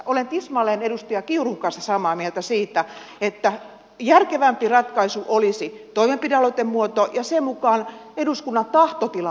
olen edustaja kiurun kanssa tismalleen samaa mieltä siitä että järkevämpi ratkaisu olisi toimenpidealoitemuoto ja sen mukaan eduskunnan tahtotila asiaan